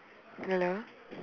hello